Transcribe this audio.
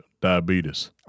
Diabetes